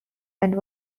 and